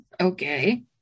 Okay